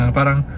parang